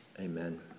Amen